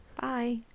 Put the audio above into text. Bye